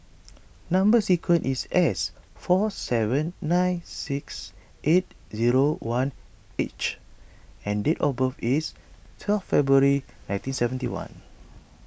Number Sequence is S four seven nine six eight zero one H and date of birth is twelve February nineteen seventy one